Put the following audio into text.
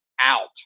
out